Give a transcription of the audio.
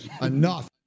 enough